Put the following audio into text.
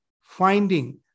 finding